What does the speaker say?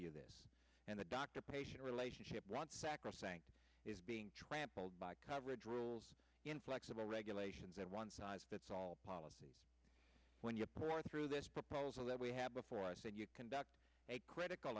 you this and the doctor patient relationship wants sacrosanct is being trampled by coverage rules inflexible regulations and one size fits all policy when you pour through this proposal that we have before us and you conduct a critical